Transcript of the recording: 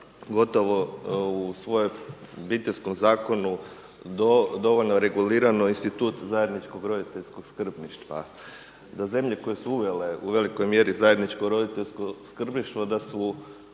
gotovo u svojem Obiteljskom zakonu dovoljno regulirano institut zajedničkog roditeljskog skrbništva. Da zemlje koje su uvele u velikoj mjeri zajedničko roditeljsko skrbništvo, da su